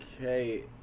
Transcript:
okay